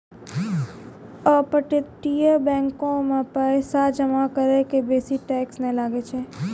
अपतटीय बैंको मे पैसा जमा करै के बेसी टैक्स नै लागै छै